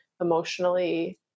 emotionally